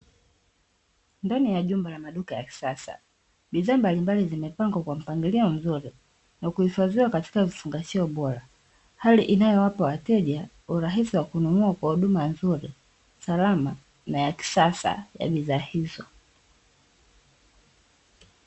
Ndani ya jumba la maduka ya kisasa, bidhaa mbalimbali zimepangwa kwa mpangilio mzuri na kuhifadhiwa katika vifungashio bora, hali inayowapa wateja urahisi wa kununua kwa huduma nzuri, salama, na ya kisasa ya bidhaa hizo.